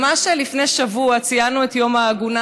ממש לפני שבוע ציינו את יום העגונה,